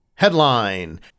Headline